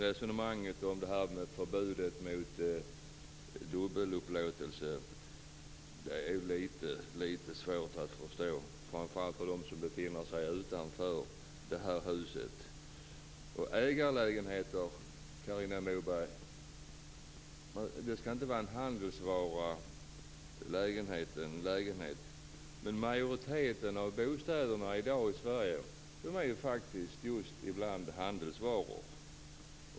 Resonemanget om förbudet mot dubbelupplåtelse är litet svårt att förstå, framför allt för dem som befinner sig utanför det här huset. Ägarlägenheter, Carina Moberg, skall inte vara en handelsvara. Men majoriteten av bostäderna i dag i Sverige är faktiskt ibland just handelsvaror.